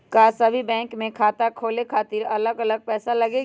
का सभी बैंक में खाता खोले खातीर अलग अलग पैसा लगेलि?